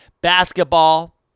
Basketball